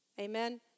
Amen